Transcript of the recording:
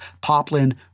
poplin